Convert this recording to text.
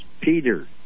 Peter